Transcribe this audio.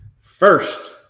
first